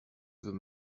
veux